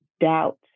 doubt